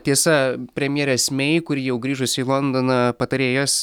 tiesa premjerės mei kuri jau grįžusi į londoną patarėjas